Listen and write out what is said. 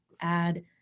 add